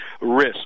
risk